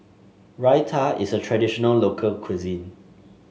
raita is a traditional local cuisine